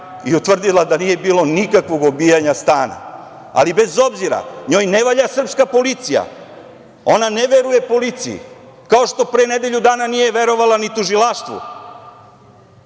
i utvrdila da nije bilo nikakvog obijanja stana. Ali, bez obzira, njoj ne valja srpska policija, ona ne veruje policiji, kao što pre nedelju dana nije verovala ni tužilaštvu.